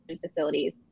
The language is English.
facilities